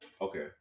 Okay